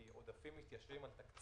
כי עודפים מתיישבים על תקציב.